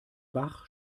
bach